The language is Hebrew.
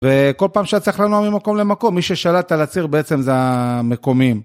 וכל פעם שאתה צריך לנוע ממקום למקום, מי ששלט על הציר בעצם זה המקומיים.